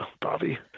Bobby